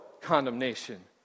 condemnation